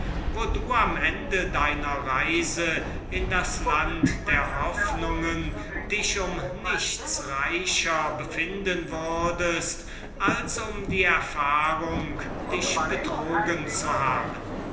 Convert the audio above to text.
wo du am ende deiner reise in das land der hoffnungen dich um nichts reicher befinden würdest als um die erfahrung dich betrogen zu haben